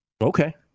Okay